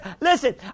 listen